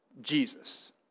Jesus